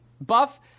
Buff